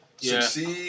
succeed